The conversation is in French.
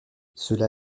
cela